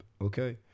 Okay